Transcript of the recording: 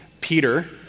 Peter